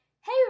hey